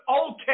okay